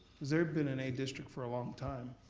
cause they've been an a district for a long time.